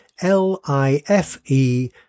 L-I-F-E